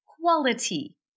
quality